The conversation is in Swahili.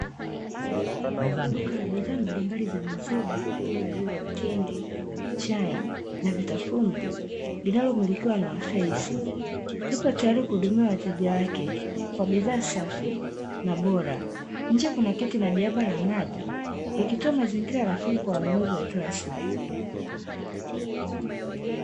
Duka la bidhaa mbalimbali za maziwa kama vile: mtindi, chai na vitafunwa; linalomilikiwa na "faith", yupo tayari kuhudumia wateja wake kwa bidhaa safi na bora. Nje kuna kiti na jaba la maji, likitoa mazingira rafiki kwa wanunuzi wa kila siku.